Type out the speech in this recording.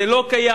זה לא קיים,